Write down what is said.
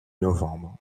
novembre